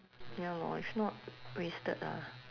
ya lor if not wasted ah